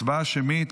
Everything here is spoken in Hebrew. הצבעה שמית.